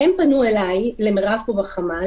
משרד הבריאות פנו למרב פה בחמ"ל,